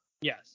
Yes